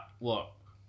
look